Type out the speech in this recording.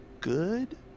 good